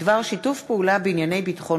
ההלנית בדבר שיתוף פעולה במאבק בפשיעה וביטחון